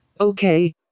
Okay